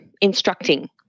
instructing